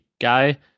guy